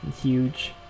huge